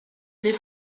les